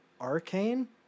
Arcane